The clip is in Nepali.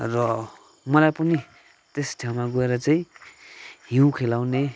र मलाई पनि त्यस ठाउँमा गएर चाहिँ हिउँ खेलाउने